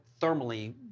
thermally